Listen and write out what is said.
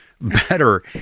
better